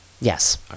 Yes